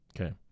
Okay